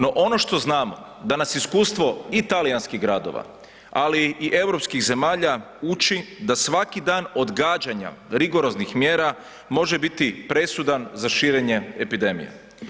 No ono što znamo da nas iskustvo i talijanskih gradova, ali i europskih zemalja uči da svaki dan odgađanja rigoroznih mjera može biti presudan za širenje epidemije.